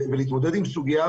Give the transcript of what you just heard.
ולהתמודד עם הסוגיה,